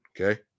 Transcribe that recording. Okay